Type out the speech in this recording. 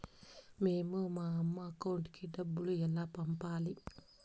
మేము మా అమ్మ అకౌంట్ కి డబ్బులు ఎలా పంపాలి